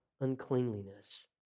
uncleanliness